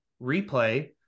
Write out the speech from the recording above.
replay